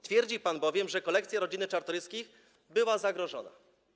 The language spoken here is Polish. Twierdzi pan bowiem, że kolekcja rodziny Czartoryskich była zagrożona.